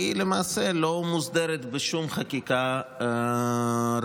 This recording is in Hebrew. כי היא למעשה לא מוסדרת בשום חקיקה ראשית.